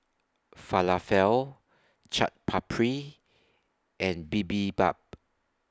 Falafel Chaat Papri and Bibimbap